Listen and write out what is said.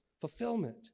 fulfillment